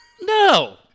no